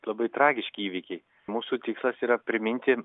labai tragiški įvykiai mūsų tikslas yra priminti